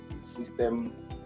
system